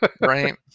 right